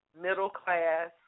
middle-class